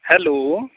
hello